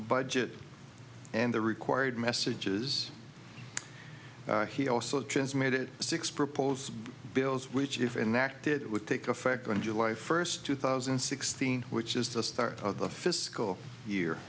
budget and the required messages he also transmitted six proposed bills which if in the act it would take effect on july first two thousand and sixteen which is the start of the fiscal year